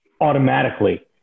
automatically